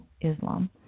Islam